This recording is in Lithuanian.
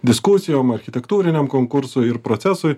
diskusijom architektūriniam konkursui ir procesui